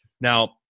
now